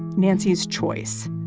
nancy's choice,